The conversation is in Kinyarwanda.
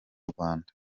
rwanda